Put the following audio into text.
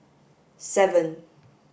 seven